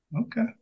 Okay